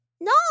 No